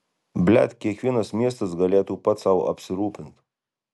blet kiekvienas miestas galėtų pats sau apsirūpint